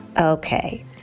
Okay